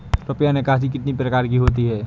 रुपया निकासी कितनी प्रकार की होती है?